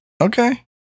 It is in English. okay